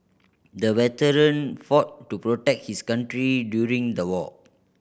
the veteran fought to protect his country during the war